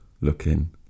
looking